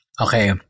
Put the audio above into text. Okay